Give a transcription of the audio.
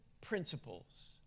principles